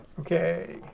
Okay